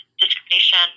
discrimination